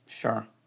Sure